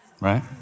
Right